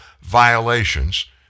violations